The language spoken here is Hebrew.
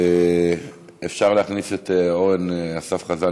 אפשר להכניס את אורן אסף חזן,